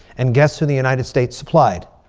and guess who the united states supplied?